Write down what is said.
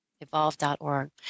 Evolve.org